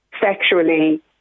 sexually